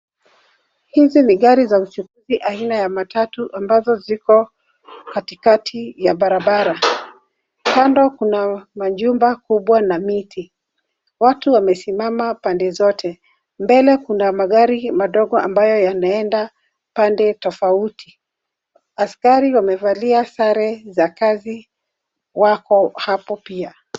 Hizi ni gari za uchukuzi aina ya uchukuzi aina ya matatu ,ambazo ziko katikati ya barabara. Kando kuna majumba kubwa na miti, watu wamesimama pande zote. Mbele kuna magari madogo ambayo yanaenda pande tofauti. Askari wamevalia sare za kazi, wako hapo pia.